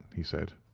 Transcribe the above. he said.